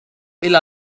إلى